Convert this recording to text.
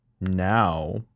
now